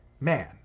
Man